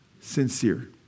sincere